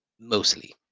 mostly